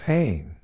Pain